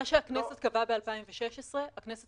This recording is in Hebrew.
הכנסת קבעה הסתגלות